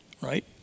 Right